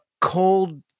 cold